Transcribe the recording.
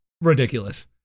ridiculous